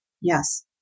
Yes